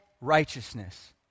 righteousness